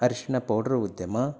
ಅರ್ಶಿಣ ಪೌಡ್ರ್ ಉದ್ಯಮ